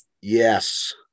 Yes